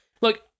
Look